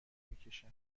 میکشن